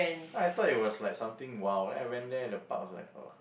ya I thought it was like something !wow! then I went there the park was like ugh